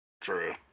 True